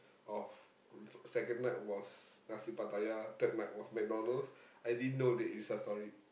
of f~ second night was nasi-Pattaya third night was McDonald's I didn't know they Insta story